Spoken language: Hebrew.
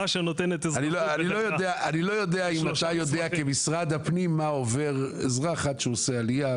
אני לא יודע אם אתה יודע כמשרד הפנים מה עובר אזרח עד שהוא עושה עליה,